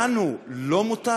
לנו לא מותר?